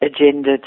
agenda